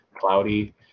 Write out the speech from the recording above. cloudy